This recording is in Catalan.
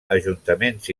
ajuntaments